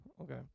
Okay